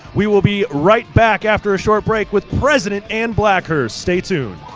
we will be right back after a short break with president anne blackhurst, stay tuned.